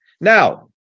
Now